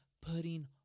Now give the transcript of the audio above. putting